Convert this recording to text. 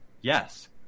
yes